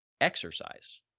Exercise